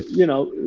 you know,